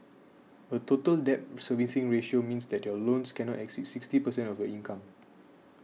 a Total Debt Servicing Ratio means that your loans cannot exceed sixty percent of your income